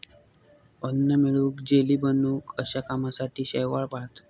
अन्न मिळवूक, जेली बनवूक अश्या कामासाठी शैवाल पाळतत